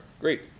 great